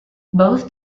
both